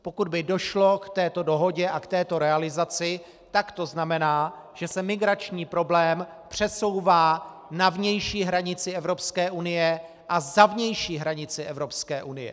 Pokud by došlo k této dohodě a k této realizaci, tak to znamená, že se migrační problém přesouvá na vnější hranici Evropské unie a za vnější hranici Evropské unie.